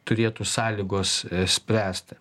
turėtų sąlygos spręsti